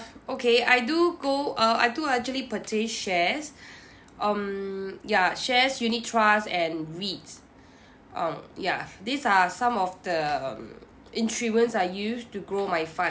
okay I do go uh I do actually purchase shares um ya shares unit trust and REITs um ya these are some of the instruments I use to grow my funds